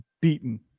beaten